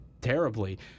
terribly